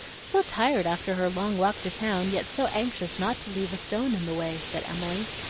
so tired after her long walk to town, yet so anxious not to leave a stone in the way, said emily,